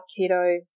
keto